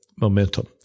momentum